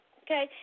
okay